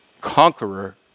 conqueror